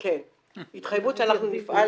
כן, התחייבות שאנחנו נפעל,